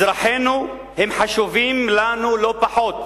אזרחינו חשובים לנו לא פחות.